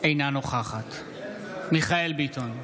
אינה נוכחת מיכאל מרדכי ביטון,